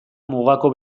mugako